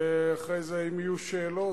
ואחרי זה, אם יהיו שאלות,